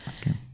okay